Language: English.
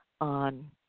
on